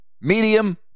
medium